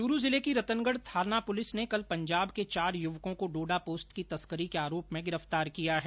चुरू जिले की रतनगढ़ थाना पुलिस ने कल पंजाब के चार युवकों को डोडा पोस्त की तस्करी के आरोप में गिरफ्तार किया है